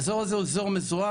האזור הזה הוא אזור מזוהם.